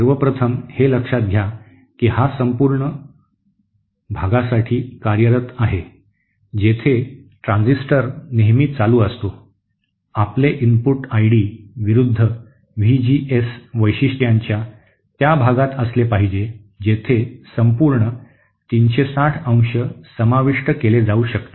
सर्वप्रथम हे लक्षात घ्या की हा संपूर्ण भागासाठी कार्यरत आहे जेथे ट्रान्झिस्टर नेहमी चालू असतो आपले इनपुट आय डी विरूद्ध व्ही जी एस वैशिष्ट्यांच्या त्या भागात असले पाहिजे जेथे संपूर्ण 360 अंश समाविष्ट केली जाऊ शकतात